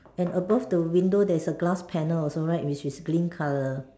and above the window there's a glass panel also right which is green colour